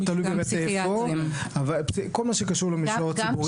אבל כל מה שקשור לתורים הציבורי הוא מאוד קשה.